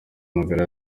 magara